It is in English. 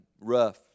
rough